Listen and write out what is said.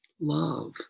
love